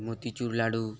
motichoor लाडू